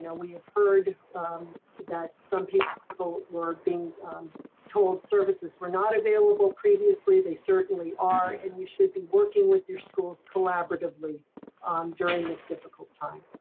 you know we have heard that some people people were being told services were not available previously. they certainly are, and you should be working with your schools collaboratively during this difficult time.